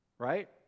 Right